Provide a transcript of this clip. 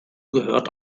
gehört